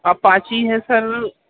Apache ہے سر